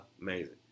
amazing